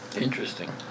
interesting